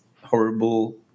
horrible